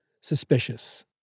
suspicious